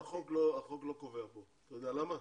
לא, החוק לא קובע פה, אתה יודע למה?